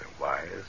wise